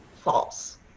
false